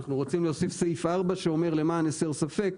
אנחנו רוצים להוסיף סעיף (4) שאומר למען הסר ספק,